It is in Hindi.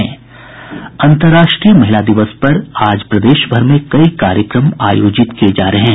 अंतरराष्ट्रीय महिला दिवस के अवसर पर आज प्रदेशभर में कई कार्यक्रम आयोजित किये जा रहे हैं